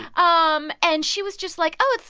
um and she was just like, oh,